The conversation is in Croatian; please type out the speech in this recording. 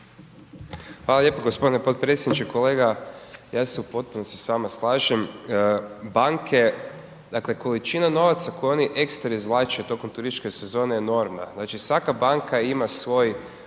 Hvala lijepo g. potpredsjedniče. Kolega, ja se u potpunosti s vama slažem, banke, dakle, količina novaca koju oni ekstra izvlače tokom turističke sezone je enormna. Znači, svaka banka ima svoj